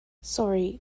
sorry